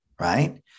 right